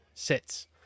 sits